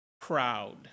proud